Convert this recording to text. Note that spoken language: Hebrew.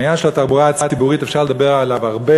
על עניין התחבורה הציבורית אפשר לדבר הרבה,